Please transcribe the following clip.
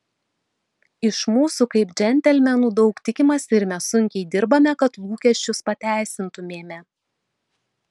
iš mūsų kaip džentelmenų daug tikimasi ir mes sunkiai dirbame kad lūkesčius pateisintumėme